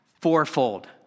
fourfold